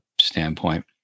standpoint